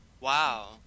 Wow